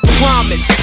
promise